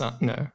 No